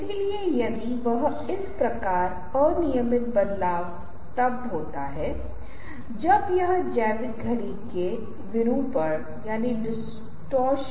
tin tin comics से एक उदाहरण देते हुए आप मुझे बताएं कि ये दोनों लोग आपको क्या बताते हैं